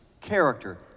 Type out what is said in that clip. character